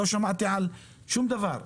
לא שמעתי על שום דבר.